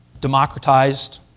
democratized